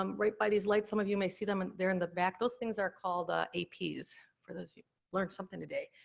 um right by these lights, some of you may see them, and there in the back, those things are called ah aps. for those, you learned something today.